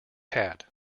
kat